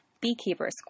beekeepers